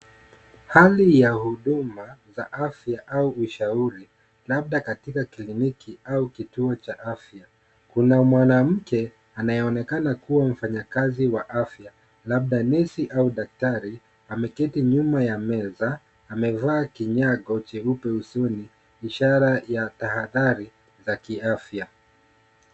Hali ya huduma za afya au ushauri labda katika kliniki au kituo cha afya. Kuna mwanamke anayeonekana kuwa mfanyakazi wa afya labda nesi au daktari ameketi nyuma ya meza, amevaa kinyago cheupe usoni ishara ya tahadhari za kiafya.